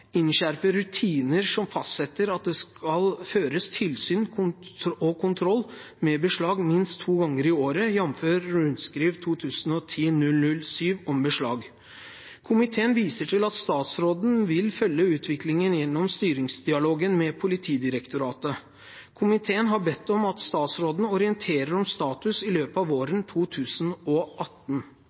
Innskjerpe rutiner som fastsetter at det skal føres tilsyn/kontroll med beslag minst to ganger i året, jf. rundskriv 2010/007 om beslag. Komiteen viser til at statsråden vil følge utviklingen gjennom styringsdialogen med Politidirektoratet. Komiteen har bedt om at statsråden orienterer om status i løpet av våren 2018.